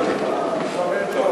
פה,